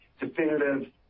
definitive